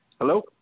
Hello